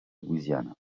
louisiane